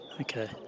Okay